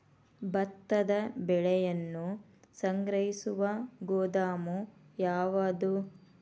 ಭತ್ತದ ಬೆಳೆಯನ್ನು ಸಂಗ್ರಹಿಸುವ ಗೋದಾಮು ಯಾವದು?